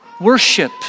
worship